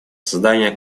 создание